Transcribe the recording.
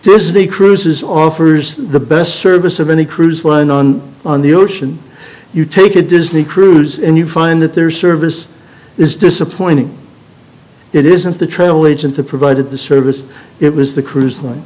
the cruises offers the best service of any cruise line on on the ocean you take a disney cruise and you find that their service is disappointing it isn't the travel agent to provide the service it was the cruise line